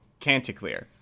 Canticleer